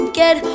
get